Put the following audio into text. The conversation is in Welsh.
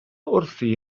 wrthi